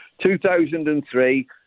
2003